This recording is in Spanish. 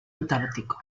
antártico